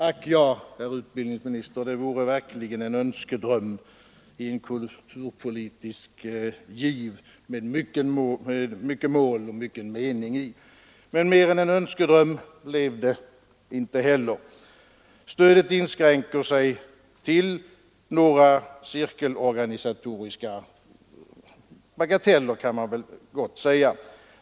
Ack ja, herr utbildningsminister, det vore verkligen en önskedröm, en kulturpolitisk giv med mycket mål och mycken mening i! Men mer än en önskedröm har det inte heller blivit. Stödet inskränker sig till några cirkelorganisatoriska bagateller.